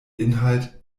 inhalt